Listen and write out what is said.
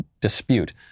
dispute